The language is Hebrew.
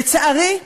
לצערי,